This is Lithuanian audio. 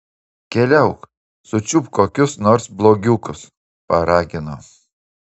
keliauk sučiupk kokius nors blogiukus paragino